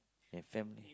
if family